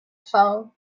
phone